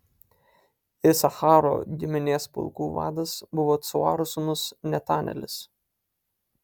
isacharo giminės pulkų vadas buvo cuaro sūnus netanelis